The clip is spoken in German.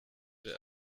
der